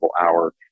hour